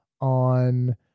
on